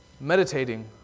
Meditating